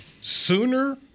sooner